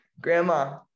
Grandma